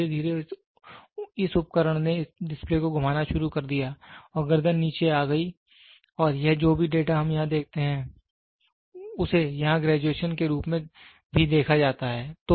और धीरे धीरे इस उपकरण ने इस डिस्प्ले को घुमाना शुरू कर दिया और गर्दन नीचे आ गई और यह जो भी डेटा हम यहां देखते हैं उसे यहां ग्रेजुएशन के रूप में भी देखा जाता है